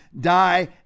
die